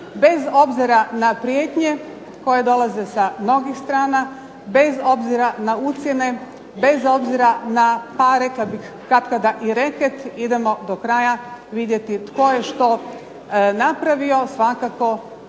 bez obzira na prijetnje koje dolaze sa mnogih strana, bez obzira na ucjene, bez obzira na par rekla bih katkada i reket idemo do kraja vidjeti tko je što napravio svakako